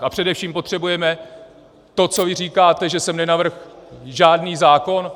A především potřebujeme to, co vy říkáte, že jsem nenavrhl žádný zákon?